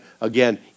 again